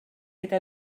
gyda